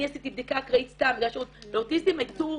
אני עשיתי בדיקה אקראית סתם --- לאוטיסטים יצאו